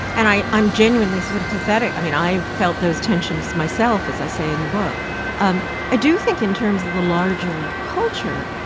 and i'm genuinely sympathetic. i mean, i've felt those tensions myself, as i say in the book um i do think in terms of the larger culture,